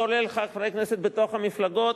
כולל חברי כנסת בתוך המפלגות,